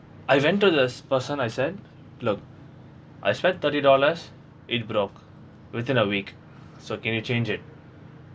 I went to this person I said look I spent thirty dollars it broke within a week so can you change it